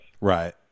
right